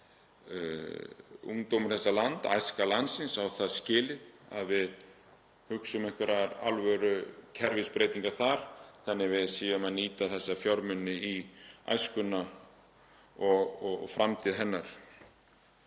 Ungdómur þessa lands, æska landsins, á það skilið að við hugsum einhverjar alvörukerfisbreytingar þar þannig að við séum að nýta þessa fjármuni í æskuna og framtíð hennar.